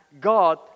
God